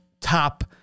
top